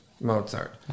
Mozart